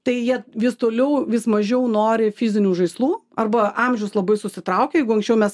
tai jie vis toliau vis mažiau nori fizinių žaislų arba amžius labai susitraukė jeigu anksčiau mes